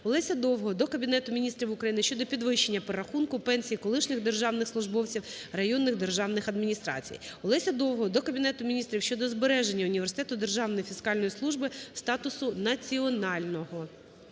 Олеся Довгого до Кабінету Міністрів України щодо підвищення (перерахунку) пенсій колишніх державних службовців районних державних адміністрацій. Олеся Довгого до Кабінету Міністрів щодо збереження Університету державної фіскальної служби статусу національного.